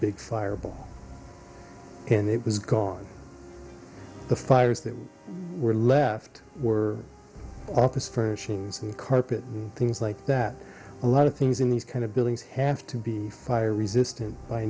big fireball and it was gone the fires that were left were office for sheens and carpet things like that a lot of things in these kind of buildings have to be fire resistant by